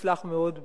המוצלח מאוד,